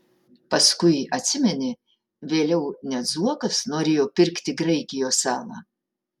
paskui atsimeni vėliau net zuokas norėjo pirkti graikijos salą